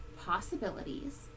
possibilities